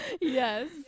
Yes